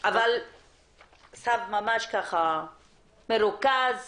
אבל אסף, ממש מרוכז